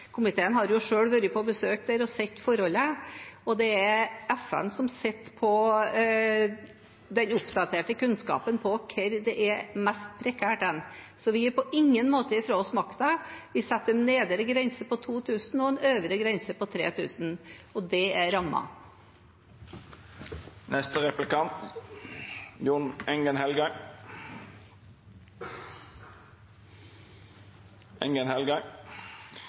Komiteen har jo selv vært på besøk der og sett forholdene, og det er FN som sitter på den oppdaterte kunnskapen om hvor det er mest prekært. Så vi gir på ingen måte fra oss makten, vi setter en nedre grense på 2 000 og en øvre grense på 3 000, og det er